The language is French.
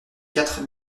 quatre